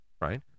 right